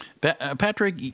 Patrick